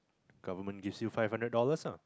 government gives you five hundred dollars ah